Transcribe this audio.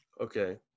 okay